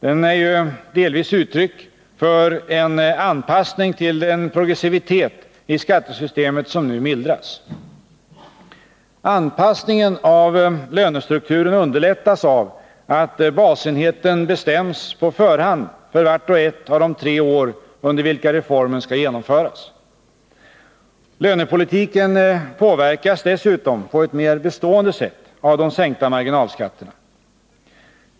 Den är ju delvis uttryck för en anpassning till den progressivitet i skattesystemet som nu mildras. Anpassningen av lönestrukturen underlättas av att basenheten bestäms på förhand för vart och ett av de tre år under vilka reformen skall genomföras. Lönepolitiken påverkas dessutom på ett mer bestående sätt av de sänkta marginalskatterna.